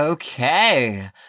Okay